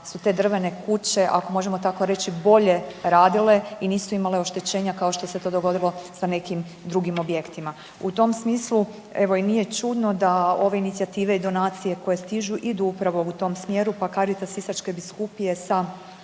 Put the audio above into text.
su te drvene kuće ako možemo tako reći bolje radile i nisu imale oštećenja kao što se to dogodilo sa nekim drugim objektima. U tom smislu evo i nije čudno da ove inicijative i donacije koje stižu idu upravo u tom smjeru, pa Caritas Sisačke biskupije sa